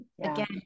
Again